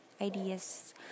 ideas